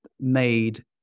made